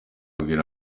abwira